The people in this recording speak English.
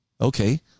Okay